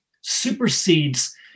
supersedes